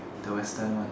the western one